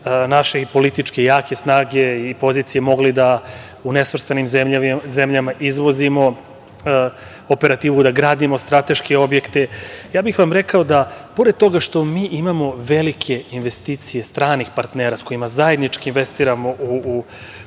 naše i političke jake snage i pozicije mogli da u nesvrstanim zemljama izvozimo operativu, da gradimo strateške objekte. Rekao bih vam da pored toga što mi imamo velike investicije stranih partnera, s kojima zajednički investiramo u